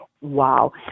wow